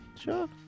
Sure